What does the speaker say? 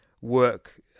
work